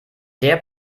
der